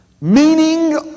meaning